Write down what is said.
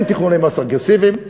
אין תכנוני מס אגרסיביים,